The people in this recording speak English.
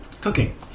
cooking